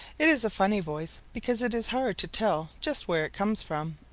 it is a funny voice because it is hard to tell just where it comes from.